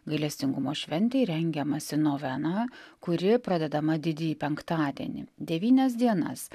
gailestingumo šventei rengiamasi noveną kuri pradedama didįjį penktadienį devynias dienas